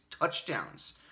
touchdowns